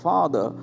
Father